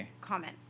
comment